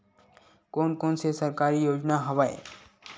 कोन कोन से सरकारी योजना हवय?